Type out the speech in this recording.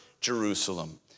Jerusalem